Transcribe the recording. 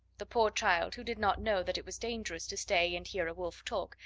the poor child, who did not know that it was dangerous to stay and hear a wolf talk,